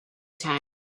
time